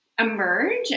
emerge